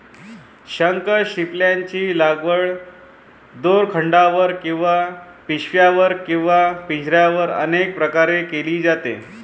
शंखशिंपल्यांची लागवड दोरखंडावर किंवा पिशव्यांवर किंवा पिंजऱ्यांवर अनेक प्रकारे केली जाते